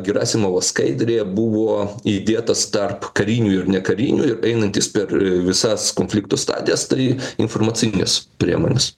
gerasimovo skaidrėje buvo įdėtas tarp karinių ir nekarinių ir einantis per visas konflikto stadijas tai informacinės priemonės